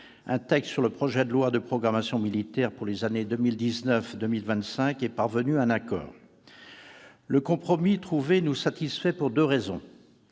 en discussion du projet de loi relatif à la programmation militaire pour les années 2019 à 2025 est parvenue à un accord. Le compromis trouvé nous satisfait pour deux raisons